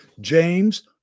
James